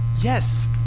yes